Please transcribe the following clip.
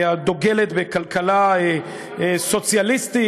הדוגלת בכלכלה סוציאליסטית.